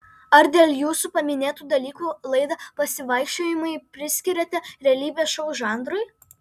ar dėl jūsų paminėtų dalykų laidą pasivaikščiojimai priskiriate realybės šou žanrui